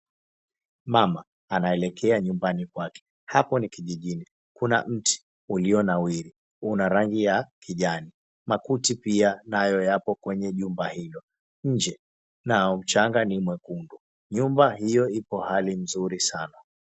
Mama anaelekea nyumbani kwake. Hapo ni kijijini. Kuna mti ulionawiri. Una rangi ya kijani. Makuti pia nayo yapo kwenye jumba hilo. Nje nao mchanga ni mwekundu. Nyumba hio iko hali nzuri sana.